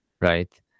right